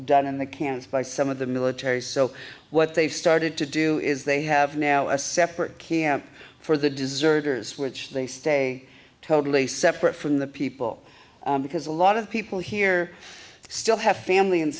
done in the camps by some of the military so what they've started to do is they have now a separate camp for the desert hers which they stay totally separate from the people because a lot of people here still have family in